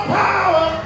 power